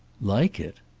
like it!